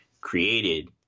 created